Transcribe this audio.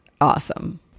awesome